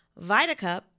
VitaCup